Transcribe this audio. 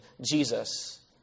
Jesus